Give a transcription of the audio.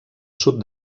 sud